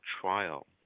trial